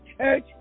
Church